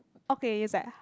okay is like